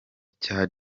cya